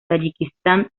tayikistán